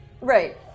Right